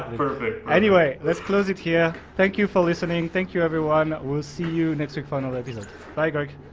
perfect anyway, let's close it here. thank you for listening. thank you everyone. we'll see you next week for another episode bye greg